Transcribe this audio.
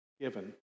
given